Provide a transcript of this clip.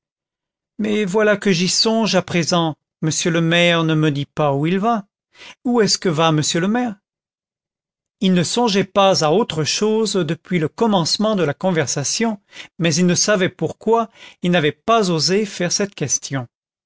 mais voilà que j'y songe à présent monsieur le maire ne me dit pas où il va où est-ce que va monsieur le maire il ne songeait pas à autre chose depuis le commencement de la conversation mais il ne savait pourquoi il n'avait pas osé faire cette question